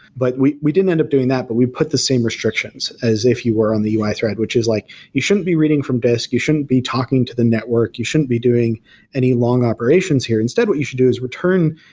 but we we didn't end up doing that, but we put the same restrictions as if you were on the ui thread, which is like, you shouldn't be reading from desk, you shouldn't be talking to the network, you shouldn't be doing any long operations here. instead, what you should do is return,